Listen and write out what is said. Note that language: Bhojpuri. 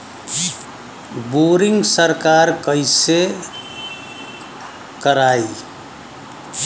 बोरिंग सरकार कईसे करायी?